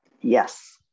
Yes